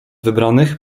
wybranych